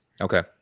Okay